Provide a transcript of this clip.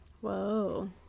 Whoa